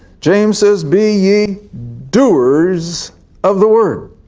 james says, be ye doers of the word